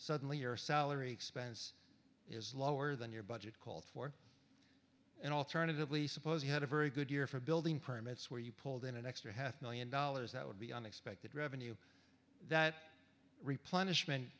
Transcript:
suddenly your salary expense is lower than your budget called for an alternatively suppose you had a very good year for building permits where you pulled in an extra half million dollars that would be unexpected revenue that replenishmen